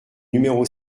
numéro